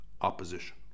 opposition